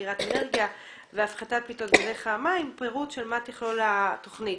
אגירת אנרגיה והפחתת פליטות גזי חממה עם פירוט של מה תכלול התוכנית.